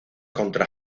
contra